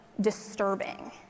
disturbing